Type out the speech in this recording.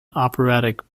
operatic